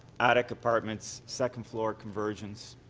attic apartments, second floor conversions.